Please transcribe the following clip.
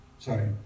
Sorry